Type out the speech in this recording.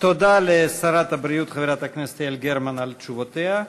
תודה לשרת הבריאות חברת הכנסת יעל גרמן על תשובותיה.